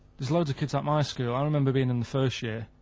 there's loads of kids at my school. i remember being in the first year,